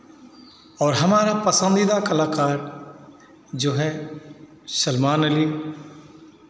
और हमारा पसंदीदा कलाकार जो है सलमान अली